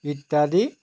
ইত্য়াদি